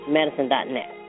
medicine.net